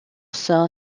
sein